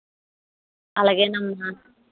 అలాగే అమ్మా